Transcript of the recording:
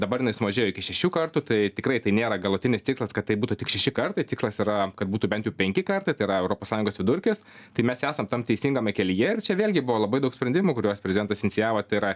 dabar jinai sumažėjo iki šešių kartų tai tikrai tai nėra galutinis tikslas kad tai būtų tik šeši kartai tikslas yra kad būtų bent jau penki kartai tai yra europos sąjungos vidurkis tai mes esam tam teisingame kelyje ir čia vėlgi buvo labai daug sprendimų kuriuos prezidentas inicijavo tai yra